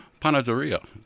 panaderia